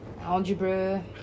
algebra